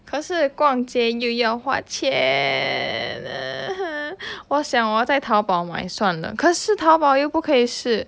可是逛街又要花钱嗯我想我在淘宝买算了可是淘宝又不可以试